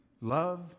love